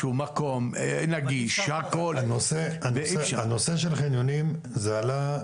הנושא של חניונים עלה,